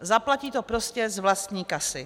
Zaplatí to prostě z vlastní kasy.